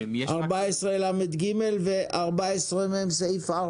סעיף 14לג ו-14מ(4).